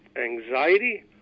anxiety